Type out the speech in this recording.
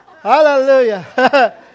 hallelujah